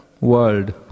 world